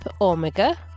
Omega